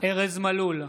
ארז מלול,